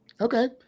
Okay